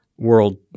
world